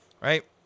Right